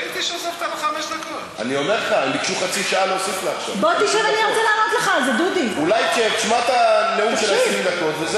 תוסיף 50. אז אני כרגע מוסיף לך חמש דקות.